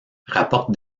rapporte